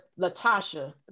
latasha